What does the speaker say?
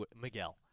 Miguel